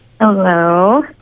Hello